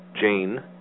Jane